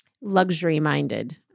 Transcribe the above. luxury-minded